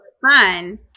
Fun